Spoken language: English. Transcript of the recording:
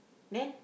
then